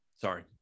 Sorry